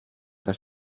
pas